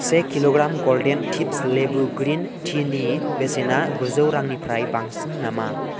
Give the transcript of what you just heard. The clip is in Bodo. से किल'ग्राम गल्डेन टिप्स लेबु ग्रिन टिनि बेसेना गुजौ रांनिफ्राय बांसिन नामा